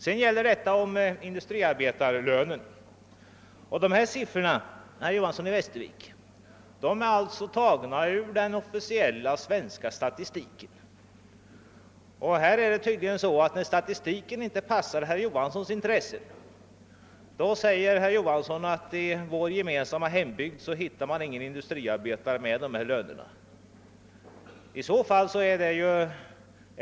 Beträffande frågan om industriarbetarlönen vill jag säga till herr Johanson i Västervik att mina siffror är tagna ur den officiella svenska statistiken. När statistiken inte passar herr Johansons intressen säger herr Johanson bara att man i vår gemensamma hembygd inte kan finna någon industriarbetare med sådana löner som här redovisats.